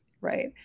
right